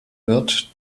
wird